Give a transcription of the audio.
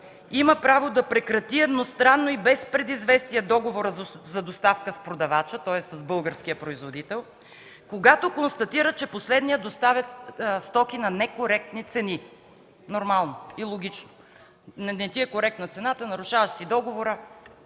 има правото да прекрати едностранно и без предизвестие договора за доставка с продавача, тоест с българския производител, когато констатира, че последният доставя стоки на некоректни цени”. Нормално и логично – не ти е коректна цената, нарушаваш си договора,